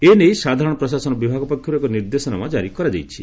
ଏ ନେଇ ସାଧାରଣ ପ୍ରଶାସନ ବିଭାଗ ପକ୍ଷରୁ ଏକ ନିର୍ଦ୍ଦେଶନାମା ଜାରି ହୋଇଛି